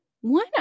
One